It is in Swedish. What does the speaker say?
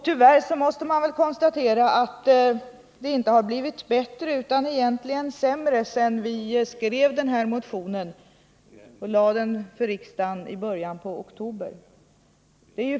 Tyvärr måste man konstatera att det inte har blivit bättre utan egentligen sämre sedan vi skrev den här motionen och lade fram den för riksdagen i början av oktober.